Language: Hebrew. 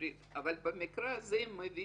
ארצות-הברית אבל במקרה הזה אם מביאים,